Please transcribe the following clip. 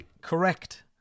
correct